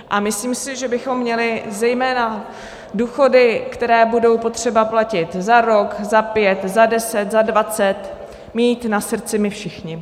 A myslím si, že bychom měli zejména důchody, které budou potřeba platit za rok, za pět, za deset, za dvacet mít na srdci my všichni.